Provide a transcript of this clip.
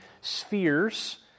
spheres